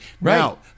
Now